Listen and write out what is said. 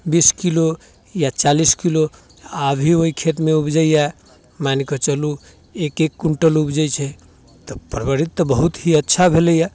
बीस किलो या चालीस किलो अभी ओहि खेतमे उपजैए मानिकऽ चलू एक एक क्विन्टल उपजै छै तऽ परवरित तऽ बहुत ही अच्छा भेलैए